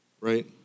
Right